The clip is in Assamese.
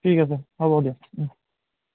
ঠিক আছে হ'ব দিয়ক